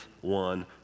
one